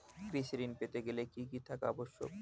কৃষি ঋণ পেতে গেলে কি কি থাকা আবশ্যক?